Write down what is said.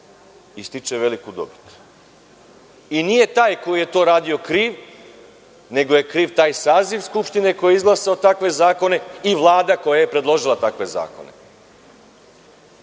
i stiče veliku dobit. Nije taj koji je to radio kriv, nego je kriv taj saziv Skupštine koji je izglasao takve zakone i vlada koja je predložila takve zakone.